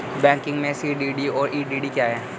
Banking में CDD और EDD क्या हैं?